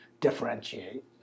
differentiate